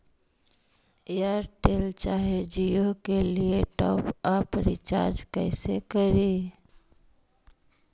Airtel चाहे जियो के लिए टॉप अप रिचार्ज़ कैसे करी?